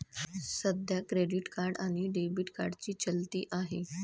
सध्या credit card आणि debit कार्डची चलती आहे